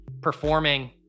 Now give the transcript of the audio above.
performing